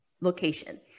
location